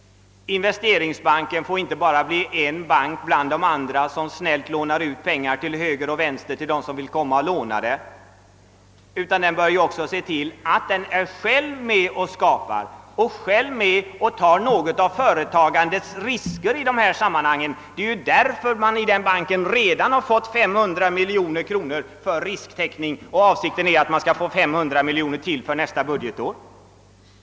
Investeringsbanken får inte bli bara en bank bland de andra som snällt Iånar ut pengar till höger och vänster, utan den bör själv vara med och skapa och ta något av företagandets risker. Det är ju därför man i den banken redan fått 500 miljoner kronor; avsikten är att den för nästa budgetår skall få ytterligare 500 miljoner kronor för risktäckning.